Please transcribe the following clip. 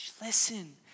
listen